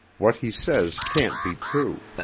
what he says can't be true.